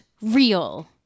real